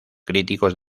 críticos